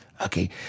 okay